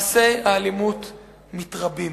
מעשי האלימות מתרבים.